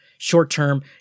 Short-term